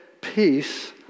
peace